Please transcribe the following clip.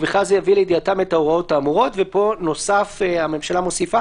ובכלל זה יביא לידיעתם את ההוראות האמורות" ופה הממשלה מוסיפה